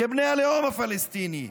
כבני הלאום הפלסטיני,